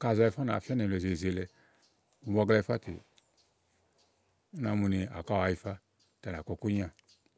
ka à zà yifáà ú nàá yifáà nɛ èle zézéele wɔ glèe yifá tè, ú nàá mu ni ɔwɛ ká àá yifá tè à nà kɔ ikúnyià.